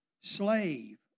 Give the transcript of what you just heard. slave